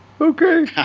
Okay